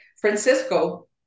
Francisco